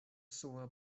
суы